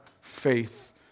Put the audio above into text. faith